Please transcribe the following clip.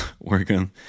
working